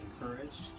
encouraged